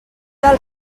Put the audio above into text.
del